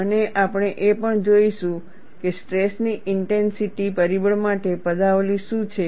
અને આપણે એ પણ જોઈશું કે સ્ટ્રેસની ઇન્ટેન્સિટી પરિબળ માટે પદાવલિ શું છે